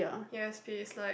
yes he is like